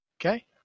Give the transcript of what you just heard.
Okay